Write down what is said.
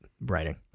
writing